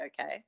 okay